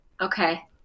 Okay